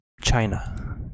China